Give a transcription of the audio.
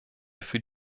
für